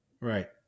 Right